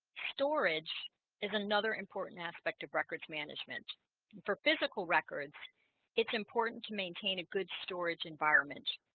storage is another important aspect of records management for physical records it's important to maintain a good storage environment